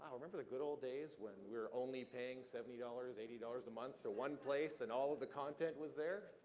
um remember the good old days when we were only paying seventy dollars, eighty dollars a month to one place and all of the content was there?